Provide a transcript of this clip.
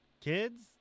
kids